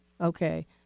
okay